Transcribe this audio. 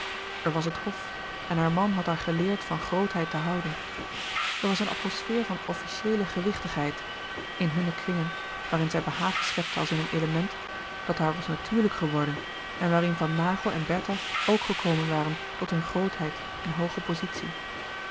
er was het hof en haar man had haar geleerd van grootheid te houden er was een atmosfeer van offlicieele gewichtigheid in hunne krinlouis couperus de boeken der kleine zielen gen waarin zij behagen schepte als in een element dat haar was natuurlijk geworden en waarin van naghel en bertha ook gekomen waren tot hunne grootheid en hooge pozitie